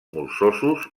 molsosos